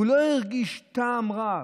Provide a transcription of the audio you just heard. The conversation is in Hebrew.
הוא לא הרגיש טעם מר,